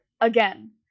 again